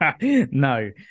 No